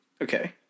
Okay